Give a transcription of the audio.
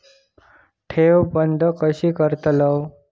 ठेव बंद कशी करतलव?